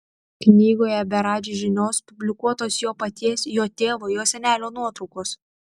knygoje be radži žinios publikuotos jo paties jo tėvo jo senelio nuotraukos